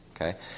Okay